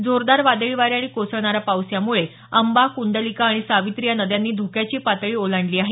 जोरदार वादळी वारे आणि कोसळणारा पाऊस यामुळे आंबा कुंडलिका आणि सावित्री या नद्यांनी धोक्याची पातळी ओलांडली आहे